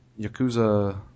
Yakuza